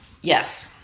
Yes